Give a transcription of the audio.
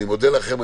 אני מודה לכם.